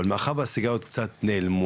אבל מאחר מהסיגריות קצת נעלמו,